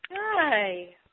Hi